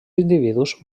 individus